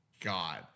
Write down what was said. god